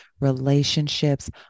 relationships